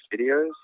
videos